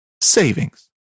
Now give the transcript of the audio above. savings